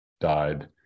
died